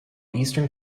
eastern